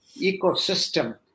ecosystem